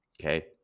okay